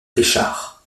richard